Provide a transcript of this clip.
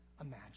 imagine